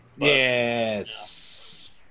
Yes